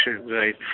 right